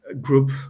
group